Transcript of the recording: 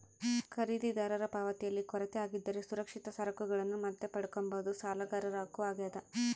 ಖರೀದಿದಾರರ ಪಾವತಿಯಲ್ಲಿ ಕೊರತೆ ಆಗಿದ್ದರೆ ಸುರಕ್ಷಿತ ಸರಕುಗಳನ್ನು ಮತ್ತೆ ಪಡ್ಕಂಬದು ಸಾಲಗಾರರ ಹಕ್ಕು ಆಗ್ಯಾದ